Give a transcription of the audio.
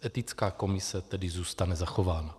Etická komise tedy zůstane zachována.